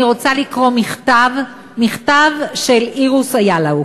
אני רוצה לקרוא מכתב, מכתב של איירוס איילאו: